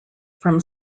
from